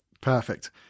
Perfect